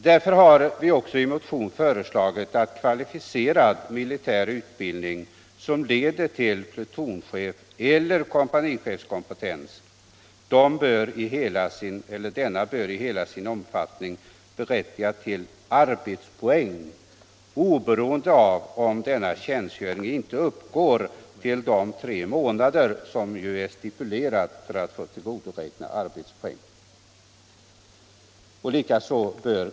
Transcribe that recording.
Därför har vi också i motionen föreslagit att kvalificerad militär utbildning som leder till plutonchefseller kompanichefskompetens skall i hela sin omfattning berättiga till arbetspoäng, även om denna utbildning inte uppgår till de tre månader som ju är stipulerade för att man skall få tillgodoräkna sig arbetspoäng.